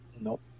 nope